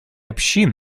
общин